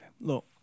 Look